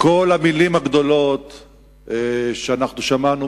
כל המלים הגדולות ששמענו,